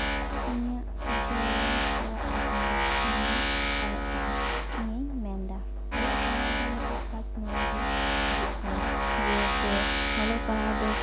ᱤᱧᱟᱹ ᱡᱤᱭᱚᱞᱮᱢ ᱥᱮᱬᱟᱜ ᱟᱠᱟᱫᱟ ᱢᱟᱱᱮ ᱚᱞᱚᱜ ᱯᱟᱲᱦᱟᱜ ᱱᱤᱭᱟᱹᱧ ᱢᱮᱱᱮᱫᱟ ᱚᱞᱚᱜ ᱯᱟᱲᱦᱟᱜ ᱫᱚ ᱢᱤᱫᱴᱮᱡ ᱱᱚᱣᱟ ᱜᱮ ᱦᱩᱭᱩᱜ ᱠᱟᱱᱟ ᱡᱮ ᱥᱮ ᱚᱞᱚᱜ ᱯᱟᱲᱦᱟᱜ ᱫᱚ